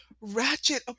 ratchet